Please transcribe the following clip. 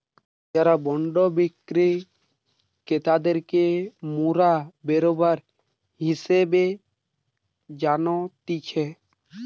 যারা বন্ড বিক্রি ক্রেতাদেরকে মোরা বেরোবার হিসেবে জানতিছে